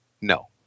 No